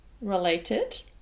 related